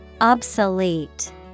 Obsolete